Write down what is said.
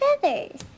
feathers